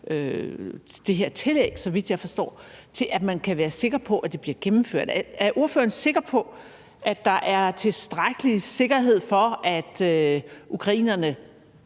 det her tillæg, så vidt jeg forstår, til, at man kan være sikker på, at det bliver gennemført. Er ordføreren sikker på, at der er tilstrækkelig sikkerhed for, at ukrainerne